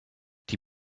die